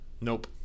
Nope